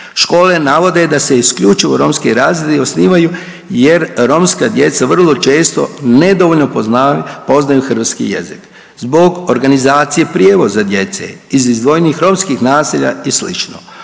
Škole navode da se isključivo romski razredi osnivaju jer romska djeca vrlo često nedovoljno poznaju hrvatski jezik, zbog organizacije prijevoza djece iz izdvojenih romskih naselja i sl..